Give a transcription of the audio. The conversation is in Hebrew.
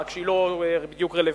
רק שהיא לא בדיוק רלוונטית.